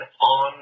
on